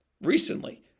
Recently